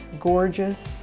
gorgeous